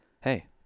hey